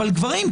אבל גברים,